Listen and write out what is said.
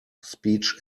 speech